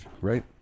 right